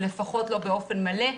לפחות לא באופן מלא,